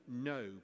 no